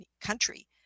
country